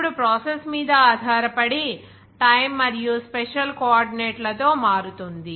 ఇప్పుడు ప్రాసెస్ మీద ఆధారపడి టైమ్ మరియు స్పెషల్ కోఆర్డినేట్లతో మారుతుంది